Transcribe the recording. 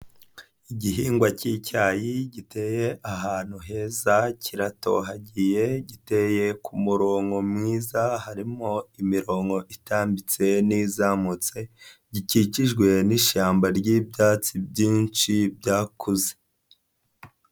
Igihingwa k'icyayi, giteye ahantu heza, kiratohagiye, giteye ku murongo mwiza, harimo imirongo itambitse n'izamutse, gikikijwe n'ishyamba ry'ibyatsi byinshi byakuze.